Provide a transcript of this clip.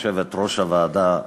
יושבת-ראש הוועדה שלנו,